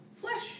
flesh